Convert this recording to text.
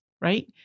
right